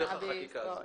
לא דרך החקיקה הזאת.